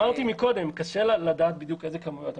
קשה לדעת בדיוק איזה כמויות.